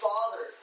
Father